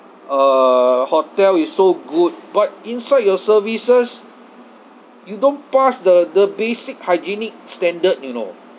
uh hotel is so good but inside your services you don't pass the the basic hygienic standard you know